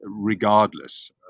regardless